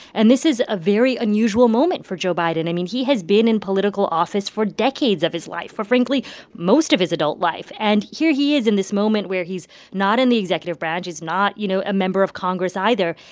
and this is a very unusual moment for joe biden. i mean, he has been in political office for decades of his life, for frankly most of his adult life. and here he is in this moment where he's not in the executive branch. he's not, you know, a member of congress, either.